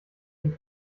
den